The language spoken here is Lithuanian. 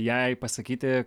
jai pasakyti